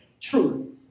Truth